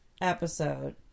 episode